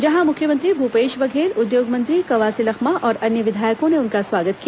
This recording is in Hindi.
जहां मुख्यमंत्री भूपेश बघेल उद्योग मंत्री कवासी लखमा और अन्य विधायकों ने उनका स्वागत किया